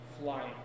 flying